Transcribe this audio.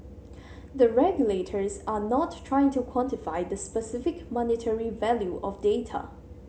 the regulators are not trying to quantify the specific monetary value of data